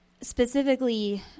specifically